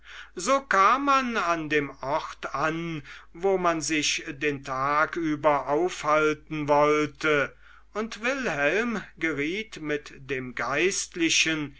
so kam man an dem ort an wo man sich den tag über aufhalten wollte und wilhelm geriet mit dem geistlichen